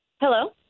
Hello